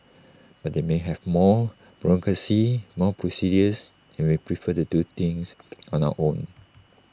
but they may have more bureaucracy more procedures and we prefer to do things on our own